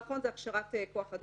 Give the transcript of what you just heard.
דבר אחרון, הכשרת כוח אדם.